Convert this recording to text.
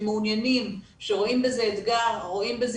שמעוניינים, שרואים בזה אתגר, רואים בזה